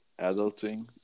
Adulting